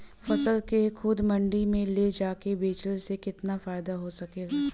फसल के खुद मंडी में ले जाके बेचला से कितना फायदा हो सकेला?